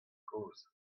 kozh